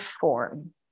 form